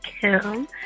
Kim